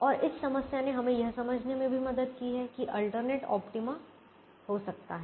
और इस समस्या ने हमें यह समझने में भी मदद की कि अल्टरनेट ऑप्टिमा हो सकता है